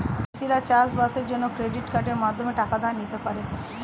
চাষিরা চাষবাসের জন্য ক্রেডিট কার্ডের মাধ্যমে টাকা ধার নিতে পারে